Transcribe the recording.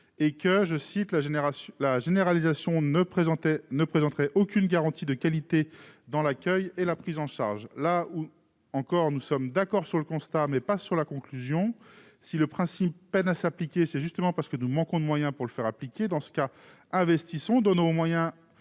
et que cette généralisation ne présentait aucune garantie de qualité dans l'accueil et la prise en charge. Nous sommes d'accord sur le constat, mais pas sur la conclusion : si le principe peine à s'appliquer, c'est justement parce que nous manquons de moyens pour le faire appliquer. Dans ce cas, investissons ! Donnons des moyens